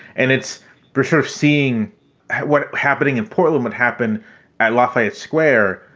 and it's pressure of seeing what happening in portland would happen at lafayette square.